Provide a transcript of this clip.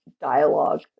dialogue